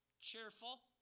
cheerful